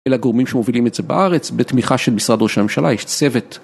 אלה הגורמים שמובילים את זה בארץ, בתמיכה של משרד ראש הממשלה, יש צוות.